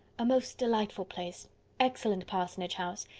a most delightful place excellent parsonage house!